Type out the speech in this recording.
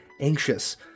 anxious